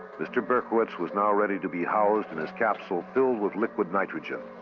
mr. berkowitz was now ready to be housed in his capsule filled with liquid nitrogen.